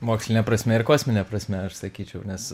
moksline prasme ir kosmine prasme aš sakyčiau nes